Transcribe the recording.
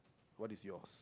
what is yours